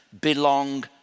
belong